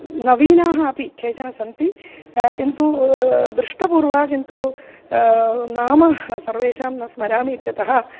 नवीनाः अपि केचन सन्ति किन्तु दृष्टपूर्वा किन्तु नाम सर्वेषां न स्मरामि इत्यतः